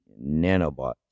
nanobots